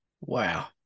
Wow